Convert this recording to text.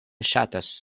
ŝatas